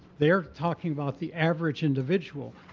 they're talking about the average individual,